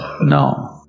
No